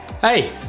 Hey